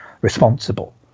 responsible